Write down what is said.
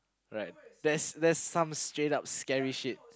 right that's some straight up scary shit